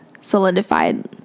solidified